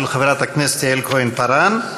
של חברת הכנסת יעל כהן-פארן,